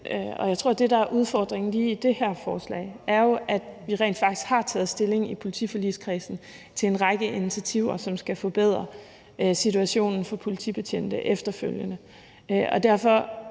og jeg tror, at det, der er udfordringen lige i det her forslag, er, at vi rent faktisk har taget stilling i politiforligskredsen til en række initiativer, som skal forbedre situationen for politibetjente efterfølgende. Derfor